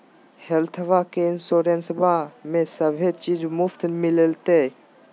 हेल्थबा के इंसोरेंसबा में सभे चीज मुफ्त मिलते?